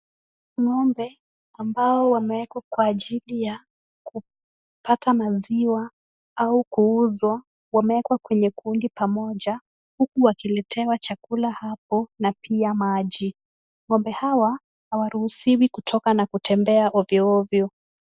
Ng'ombe ambao wamewekwa kwa ajili ya kupata maziwa au kuuzwa wamewekwa kwenye kundi pamoja huku wakiletewa chakula hapo na pia maji. Ng'ombe hawa hawaruhusiwi kutoka na kutembea ovyo ovyo.